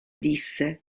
disse